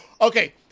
Okay